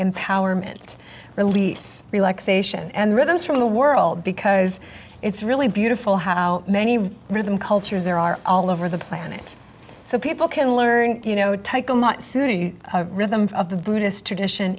empowerment release relaxation and rhythms from the world because it's really beautiful how many rhythm cultures there are all over the planet so people can learn you know take a much sooner rhythms of the buddhist tradition